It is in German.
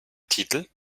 titel